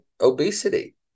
obesity